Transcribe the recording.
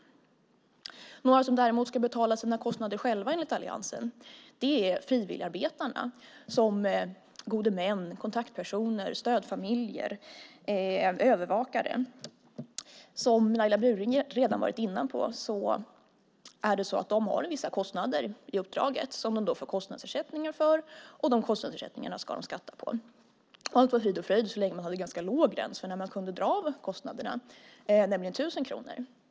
Några som däremot ska betala sina kostnader själva enligt alliansen är frivilligarbetarna som gode män, kontaktpersoner, stödfamiljer och övervakare. Som Laila Bjurling redan varit inne på har de vissa kostnader i uppdraget som de får kostnadsersättningar för. De kostnadsersättningarna ska de skatta för. Allt var frid och fröjd så länge som man hade ganska låg gräns för när man kunde dra av kostnaderna, nämligen 1 000 kronor.